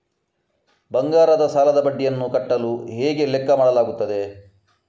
ಬಂಗಾರದ ಸಾಲದ ಬಡ್ಡಿಯನ್ನು ಕಟ್ಟಲು ಹೇಗೆ ಲೆಕ್ಕ ಮಾಡಲಾಗುತ್ತದೆ?